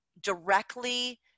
directly